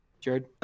Jared